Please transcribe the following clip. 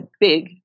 big